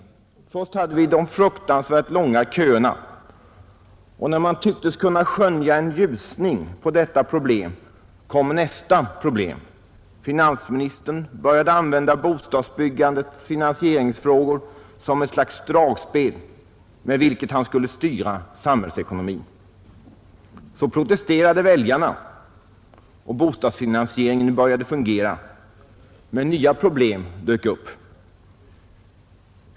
Först hade vi de fruktansvärt långa köerna, och när man tyckte sig kunna skönja en Husning där kom nästa problem. Finansministern började använda bostadsbyggandets finansieringsfrågor som ett slags dragspel med vars hjälp han skulle styra samhällsekonomin. Så protesterade väljarna, och bostadsfinansieringen började fungera. Men nya problem dök upp.